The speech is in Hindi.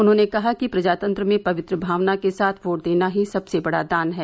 उन्होन कहा कि प्रजातंत्र में पतित मावन के साथ वोट देन ही सबसे बड़ा दान है